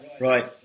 right